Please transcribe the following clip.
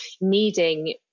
needing